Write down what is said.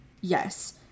Yes